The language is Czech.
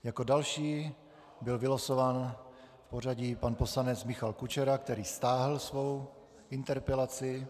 Jako další byl vylosován v pořadí pan poslanec Michal Kučera, který stáhl svou interpelaci.